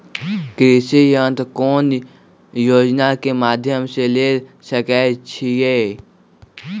कृषि यंत्र कौन योजना के माध्यम से ले सकैछिए?